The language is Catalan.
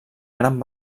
gran